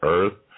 Earth